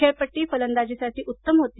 खेळपट्टी फलंदाजीसाठी उत्तम होती